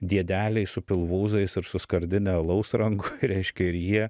diedeliai su pilvūzais ir su skardine alaus rankoj reiškia ir jie